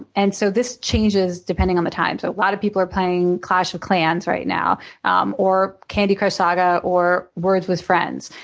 and so this changes depending on the times. so a lot of people are playing clash of clans right now um or candy crush saga or words with friends.